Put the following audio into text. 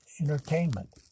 entertainment